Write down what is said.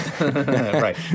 right